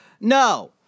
No